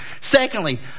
Secondly